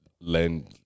lend